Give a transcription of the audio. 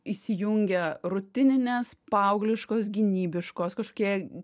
įsijungia rutininės paaugliškos gynybiškos kažkokie